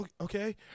okay